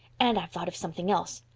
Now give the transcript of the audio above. and i've thought of something else.